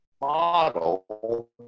model